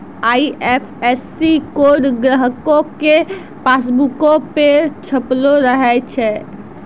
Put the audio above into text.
IFSC code ग्राहको के पासबुको पे छपलो रहै छै